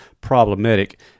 problematic